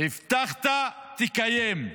הבטחת, תקיים.